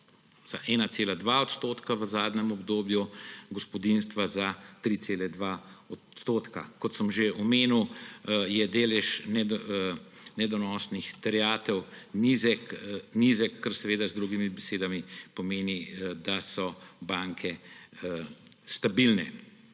1,2 % v zadnjem obdobju, gospodinjstva za 3,2 %. Kot sem že omenil, je delež nedonosnih terjatev nizek, kar z drugimi besedami pomeni, da so banke stabilne.